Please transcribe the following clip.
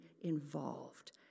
involved